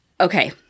Okay